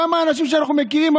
כמה אנשים שאנחנו מכירים,